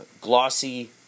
glossy